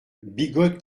bigote